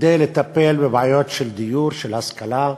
כדי לטפל בבעיות של דיור, של השכלה,